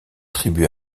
tribus